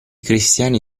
cristiani